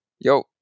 Yo